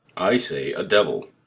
i say, a devil.